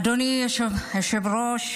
אדוני היושב-ראש,